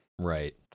right